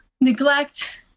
neglect